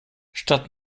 statt